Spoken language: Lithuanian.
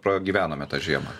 pragyvenome tą žiemą